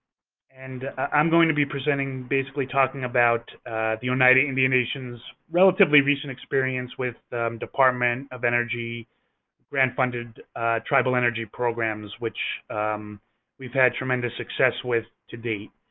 and i'm going to be presenting, basically talking about oneida indian nation's relatively recent experience with department of energy grant-funded tribal energy programs, which we've had tremendous success with to date.